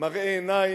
מראה עיניים,